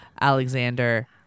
Alexander